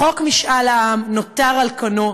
חוק משאל עם נותר על כנו,